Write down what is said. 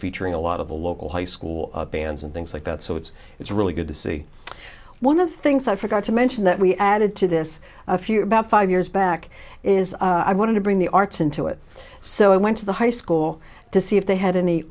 featuring a lot of the local high school bands and things like that so it's it's really good to see one of the things i forgot to mention that we added to this a few about five years back is i wanted to bring the arts into it so i went to the high school to see if they had any